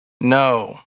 No